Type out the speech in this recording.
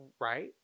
right